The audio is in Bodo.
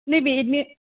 नैबे ने